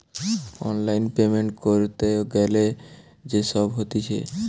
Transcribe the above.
online payment ক্যরতে গ্যালে যে সব হতিছে